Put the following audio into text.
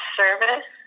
service